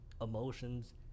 emotions